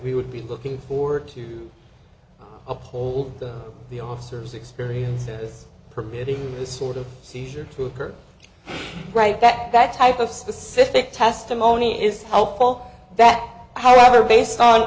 we would be looking for to uphold the officers experience this permitted the sort of seizure to occur right that that type of specific testimony is helpful that however based on